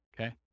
Okay